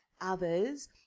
others